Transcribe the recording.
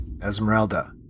Esmeralda